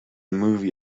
movie